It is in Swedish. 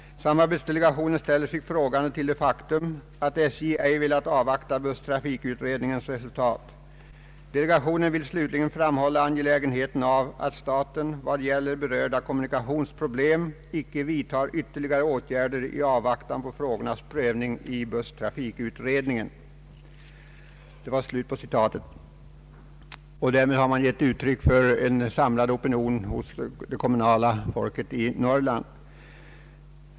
——— Samarbetsdelegationen ställer sig frågande till det faktum, att SJ ej velat avvakta busstrafikutredningens resultat. Delegationen vill slutligen framhålla angelägenheten av att staten vad gäller berörda kommunikationsproblem icke vidtar ytterligare åtgärder i avvaktan på frågornas prövning i busstrafikutredningen.” Därmed har man gett uttryck för en samlad opinion inom kommunerna i Norrland.